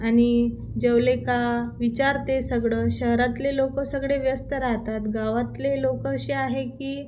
आणि जेवले का विचारते सगळे शहरातले लोक सगळे व्यस्त राहतात गावातले लोकं असे आहे की